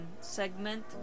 segment